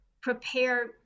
prepare